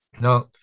Now